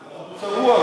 הוא צבוע,